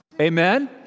Amen